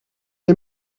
est